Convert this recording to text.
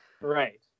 Right